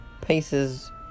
paces